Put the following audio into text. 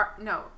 no